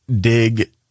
dig